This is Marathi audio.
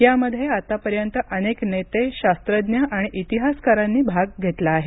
यामध्ये आतापर्यंत अनेक नेते शाख्यज्ञ आणि इतिहासकारांनी सहभाग घेतला आहे